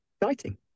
Exciting